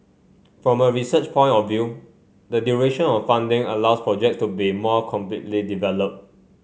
from a research point of view the duration of funding allows projects to be more completely developed